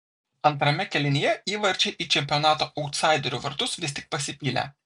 antrame kėlinyje įvarčiai į čempionato autsaiderių vartus vis tik pasipylė